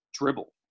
dribble